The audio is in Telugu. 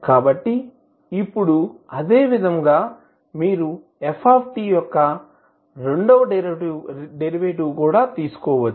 కాబట్టి ఇప్పుడు అదేవిధంగా మీరు f యొక్క రెండవ డెరివేటివ్ కూడా తీసుకోవచ్చు